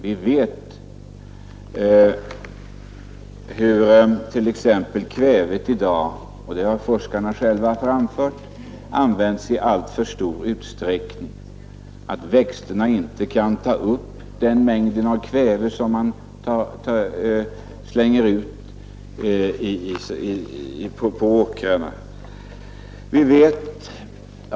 Vi vet hur t.ex. kvävet i dag — det har forskarna själva framhållit — används i alltför stor utsträckning, att växterna inte kan ta upp den mängd av kväve som man slänger ut på åkrarna.